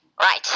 right